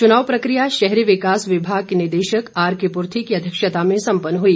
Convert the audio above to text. चुनाव प्रक्रिया शहरी विकास विभाग के निदेशक आरके पूर्थी की अध्यक्षता में सम्पन्न हुई